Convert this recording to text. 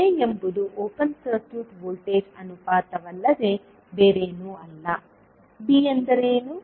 a ಎಂಬುದು open circuit voltage ಅನುಪಾತವಲ್ಲದೆ ಬೇರೆ ಎನು ಅಲ್ಲಾ b ಎಂದರೇನು